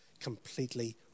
completely